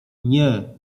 nie